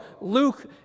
Luke